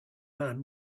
man